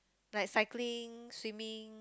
like cycling swimming